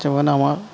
যেমন আমার